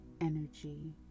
energy